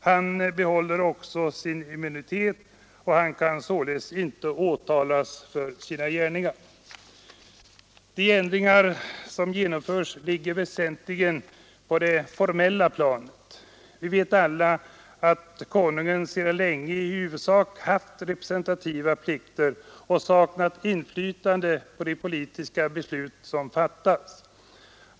Han behåller även sin immunitet: Han kan således inte åtalas för sina gärningar. De ändringar som genomförs ligger väsentligen på det formella planet. Vi vet ju alla att konungen sedan länge i huvudsak haft representativa plikter och saknat inflytande på de politiska beslut som fattas.